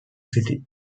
city